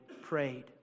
prayed